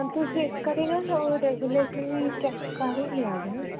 ਤੁਸੀਂ ਕਰੀ ਨਾ ਉਹ ਰੈਗੂਲੇਟਰ ਵੀ ਚੈੱਕ ਕਰ ਹੀ ਲਿਆ ਜੇ